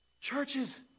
churches